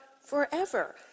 forever